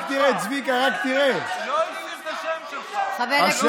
רק תראה --- הוא לא הזכיר את השם שלך --- הוא לא אמר: יואב קיש.